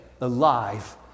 alive